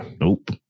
Nope